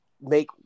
make